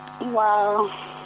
Wow